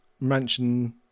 Mansion